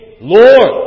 Lord